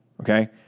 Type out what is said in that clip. Okay